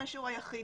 האישור היחיד